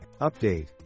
Update